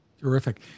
Terrific